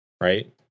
right